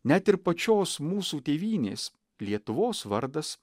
net ir pačios mūsų tėvynės lietuvos vardas